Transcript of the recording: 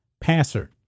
passer